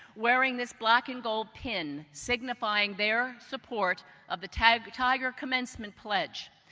wearing this black and gold pin, signifying their support of the tiger tiger commencement pledge.